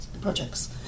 projects